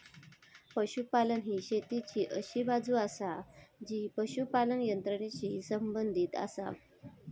पशुपालन ही शेतीची अशी बाजू आसा जी पशुपालन यंत्रणेशी संबंधित आसा